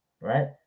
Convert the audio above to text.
right